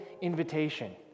invitation